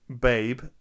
Babe